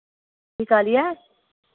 की कहलियै